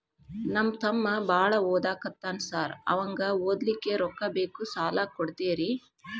ನಮ್ಮ ತಮ್ಮ ಬಾಳ ಓದಾಕತ್ತನ ಸಾರ್ ಅವಂಗ ಓದ್ಲಿಕ್ಕೆ ರೊಕ್ಕ ಬೇಕು ಸಾಲ ಕೊಡ್ತೇರಿ?